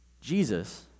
Jesus